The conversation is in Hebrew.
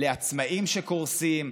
לעצמאים שקורסים,